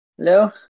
hello